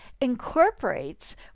incorporates